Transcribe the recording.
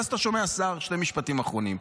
ואז אתה שומע שר, שני משפטים אחרונים,